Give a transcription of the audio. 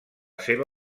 seva